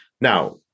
Now